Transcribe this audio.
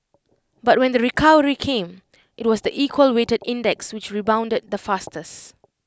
but when the recovery came IT was the equal weighted index which rebounded the fastest